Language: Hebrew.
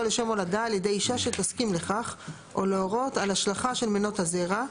לשם הולדה על ידי אישה שתסכים לך או להורות על השלכה של מנות הזרע,